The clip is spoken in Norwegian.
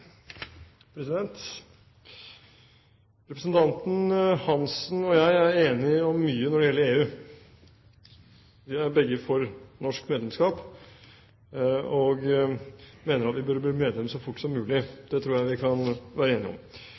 retning. Representanten Hansen og jeg er enige om mye når det gjelder EU. Vi er begge for norsk medlemskap og mener at vi burde bli medlem så fort som mulig – det tror jeg vi kan være enige om.